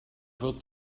wird